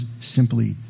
simply